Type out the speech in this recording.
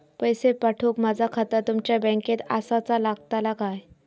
पैसे पाठुक माझा खाता तुमच्या बँकेत आसाचा लागताला काय?